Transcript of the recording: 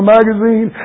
Magazine